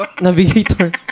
Navigator